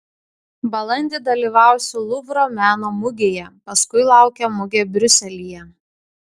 balandį dalyvausiu luvro meno mugėje paskui laukia mugė briuselyje